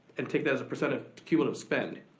and take that as a percent of cumulative spend.